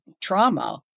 trauma